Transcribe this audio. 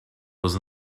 was